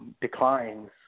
declines